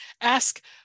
Ask